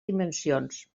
dimensions